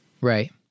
Right